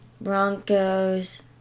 Broncos